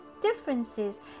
differences